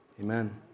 Amen